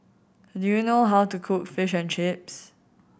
do you know how to cook Fish and Chips